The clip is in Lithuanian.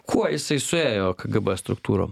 kuo jisai suėjo kgb struktūrom